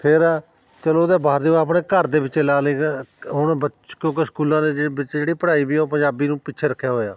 ਫਿਰ ਚਲੋ ਉਹ ਤਾਂ ਬਾਹਰ ਦੇ ਆਪਣੇ ਘਰ ਦੇ ਵਿੱਚ ਲਾ ਲਈਦਾ ਹੁਣ ਬੱਚ ਕਿਉਂਕਿ ਸਕੂਲਾਂ ਦੇ ਜ ਵਿੱਚ ਜਿਹੜੀ ਪੜ੍ਹਾਈ ਵੀ ਉਹ ਪੰਜਾਬੀ ਨੂੰ ਪਿੱਛੇ ਰੱਖਿਆ ਹੋਇਆ